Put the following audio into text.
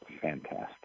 Fantastic